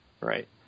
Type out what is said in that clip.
Right